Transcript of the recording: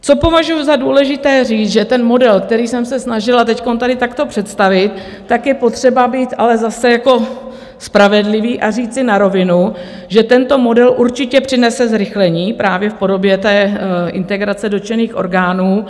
Co považuju za důležité říct, že ten model, který jsem se snažila teď tady takto představit, je potřeba být ale zase spravedlivý a říci na rovinu, že tento model určitě přinese zrychlení právě v podobě integrace dotčených orgánů.